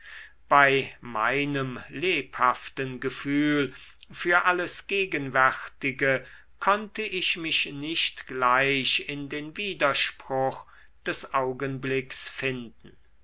bei meinem lebhaften gefühl für alles gegenwärtige konnte ich mich nicht gleich in den widerspruch des augenblicks finden